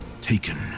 taken